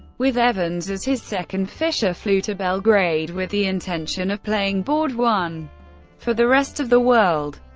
with evans as his second, fischer flew to belgrade with the intention of playing board one for the rest of the world.